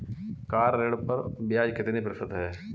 Car ऋण पर ब्याज कितने प्रतिशत है?